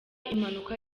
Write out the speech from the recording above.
impanuka